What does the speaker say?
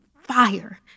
fire